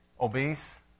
Obese